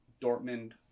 dortmund